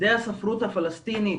שדה הספרות הפלסטיני,